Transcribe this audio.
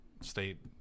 state